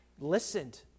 listened